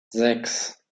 sechs